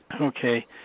Okay